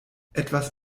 etwas